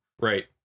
Right